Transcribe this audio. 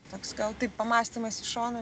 toks gal taip pamąstymas į šoną